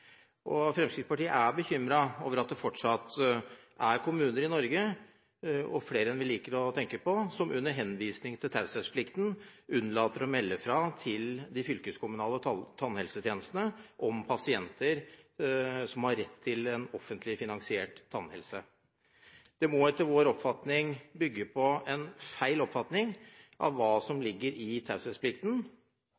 Fremskrittspartiet er bekymret over at det fortsatt er kommuner i Norge – og flere enn vi liker å tenke på – som under henvisning til taushetsplikten unnlater å melde fra til de fylkeskommunale tannhelsetjenestene om pasienter som har rett til en offentlig finansiert tannhelsetjeneste. Dette må etter vår oppfatning bygge på en feil oppfatning av hva som